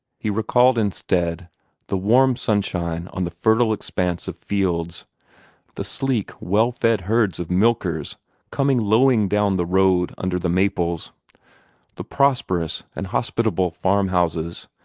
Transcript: he recalled instead the warm sunshine on the fertile expanse of fields the sleek, well-fed herds of milkers coming lowing down the road under the maples the prosperous and hospitable farmhouses,